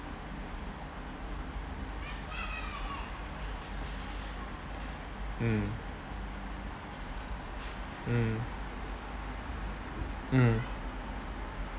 mm mm mm